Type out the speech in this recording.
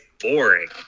boring